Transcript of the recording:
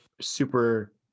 super –